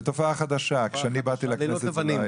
זו תופעה חדשה, כשאני באתי לכנסת זה לא היה.